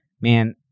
man